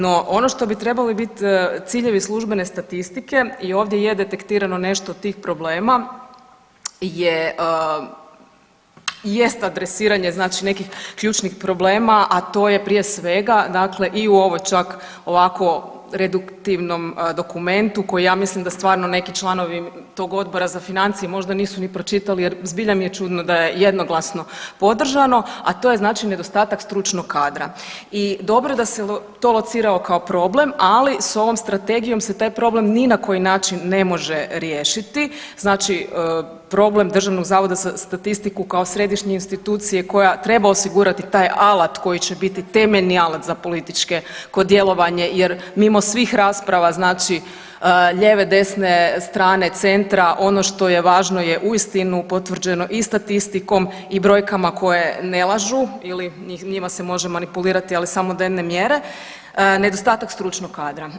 No ono što bi trebali bit ciljevi službene statistike i ovdje je detektirano nešto od tih problema je, jest adresiranje znači nekih ključnih problema, a to je prije svega dakle i u ovoj čak ovako reduktivnom dokumentu koji ja mislim da stvarno neki članovi tog Odbora za financije možda nisu ni pročitali jer zbilja mi je čudno da je jednoglasno podržano, a to je znači nedostatak stručnog kadra i dobro da se to lociralo kao problem, ali s ovom strategijom se taj problem ni na koji način ne može riješiti, znači problem Državnog zavoda za statistiku kao središnje institucije koja treba osigurati taj alat koji će biti temeljni alat za političko djelovanje jer mimo svih rasprava znači lijeve, desne strane, centra, ono što je važno je uistinu potvrđeno i statistikom i brojkama koje ne lažu ili njima se može manipulirati, ali samo do jedne mjere, nedostatak stručnog kadra.